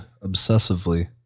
obsessively